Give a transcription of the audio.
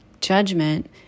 judgment